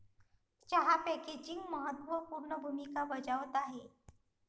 चहा पॅकेजिंग महत्त्व पूर्ण भूमिका बजावत आहे